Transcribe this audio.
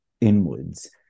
inwards